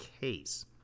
case